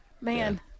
Man